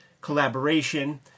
collaboration